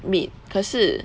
meet 可是